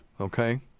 okay